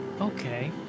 Okay